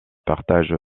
partage